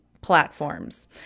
platforms